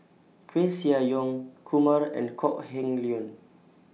Koeh Sia Yong Kumar and Kok Heng Leun